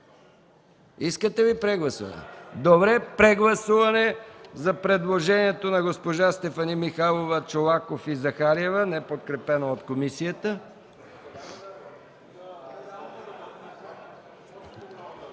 МИХАИЛ МИКОВ: Добре, прегласуване на предложението на госпожа Стефани Михайлова, Чолаков и Захариева, неподкрепено от комисията.